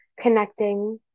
connecting